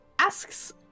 asks